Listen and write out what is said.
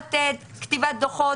לחובת כתיבת דוחות,